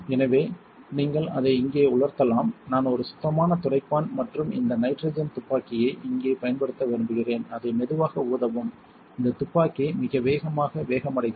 எனவே நீங்கள் அதை இங்கே உலர்த்தலாம் நான் ஒரு சுத்தமான துடைப்பான் மற்றும் இந்த நைட்ரஜன் துப்பாக்கி ஐ இங்கே பயன்படுத்த விரும்புகிறேன் அதை மெதுவாக ஊதவும் இந்த துப்பாக்கி மிக வேகமாக வேகமடைகிறது